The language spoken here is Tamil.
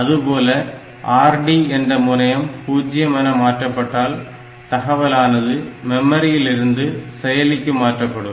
அதுபோல RD என்ற முனையம் பூஜ்ஜியம் என மாற்றப்பட்டால் தகவலானது மெமரியில் இருந்து செயலிக்கு மாற்றப்படும்